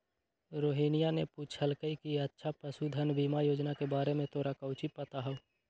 रोहिनीया ने पूछल कई कि अच्छा पशुधन बीमा योजना के बारे में तोरा काउची पता हाउ?